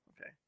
Okay